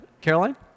Caroline